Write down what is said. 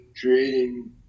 creating